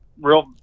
real